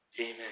Amen